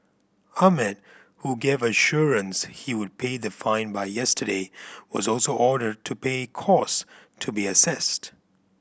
Ahmed who gave assurance he would pay the fine by yesterday was also ordered to pay cost to be assessed